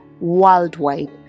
worldwide